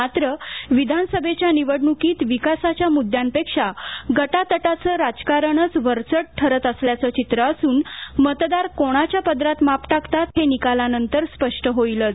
मात्र विधानसभेच्या निवडणुकीत विकासाच्या मुद्द्यांपेक्षा गटातटाचं राजकारणच वरचढ ठरत असल्याच चित्र असुन मतदार कोणाच्या पदरात माप टाकतात हे निकालानंतर स्पष्ट होईलच